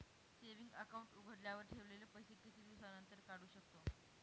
Saving account उघडल्यावर ठेवलेले पैसे किती दिवसानंतर काढू शकतो?